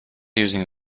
using